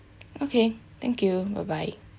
okay thank you bye bye